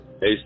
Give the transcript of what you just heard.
Hey